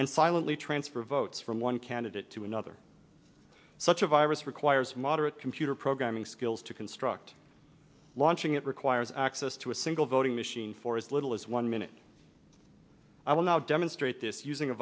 and silently transfer votes from one candidate to another such a virus requires moderate computer programming skills to construct launching it requires access to a single voting machine for as little as one minute i will now demonstrate this using a